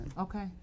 Okay